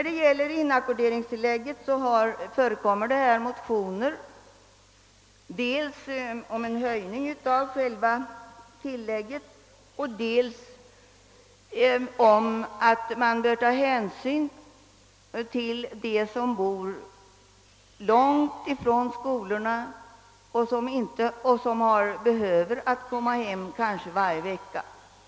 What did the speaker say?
Beträffande <inackorderingstillägget föreligger det motioner, dels om en höjning av själva tillägget, dels om att hänsyn bör tas till dem som bor långt ifrån skolan och kanske behöver komma hem varje veckoslut.